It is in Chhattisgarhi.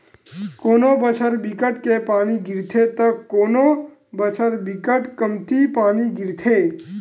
कोनो बछर बिकट के पानी गिरथे त कोनो बछर बिकट कमती पानी गिरथे